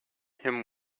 him